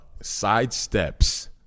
sidesteps